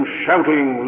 shouting